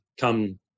come